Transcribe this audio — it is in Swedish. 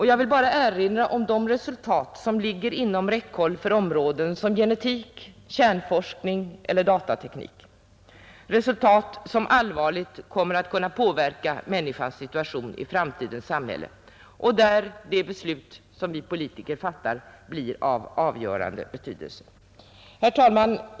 Jag vill bara erinra om de resultat som ligger inom räckhåll på områden som genetik, kärnforskning och datateknik och som allvarligt kommer att påverka människans situation i framtidens samhälle. De beslut som vi politiker fattar blir där av avgörande betydelse. Herr talman!